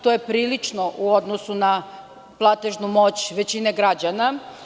To je prilično u odnosu na platežnu moć većine građana.